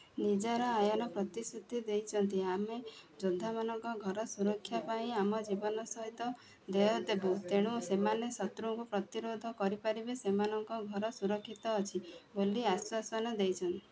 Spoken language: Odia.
ନିଜାରା ଆୟନ ପ୍ରତିଶୃତି ଦେଇଛନ୍ତି ଆମେ ଯୋଦ୍ଧାମାନଙ୍କ ଘର ସୁରକ୍ଷା ପାଇଁ ଆମ ଜୀବନ ସହିତ ଦେୟ ଦେବୁ ତେଣୁ ସେମାନେ ଶତ୍ରୁଙ୍କୁ ପ୍ରତିରୋଧ କରିପାରିବେ ସେମାନଙ୍କ ଘର ସୁରକ୍ଷିତ ଅଛି ବୋଲି ଆଶ୍ୱାସନା ଦେଇଛନ୍ତି